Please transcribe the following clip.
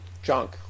junk